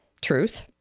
Truth